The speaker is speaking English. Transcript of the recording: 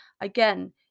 Again